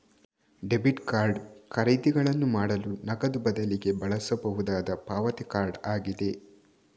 debit card ಖರೀದಿಗಳನ್ನು ಮಾಡಲು ನಗದು ಬದಲಿಗೆ ಬಳಸಬಹುದಾದ ಪಾವತಿ ಕಾರ್ಡ್ ಆಗಿದೆ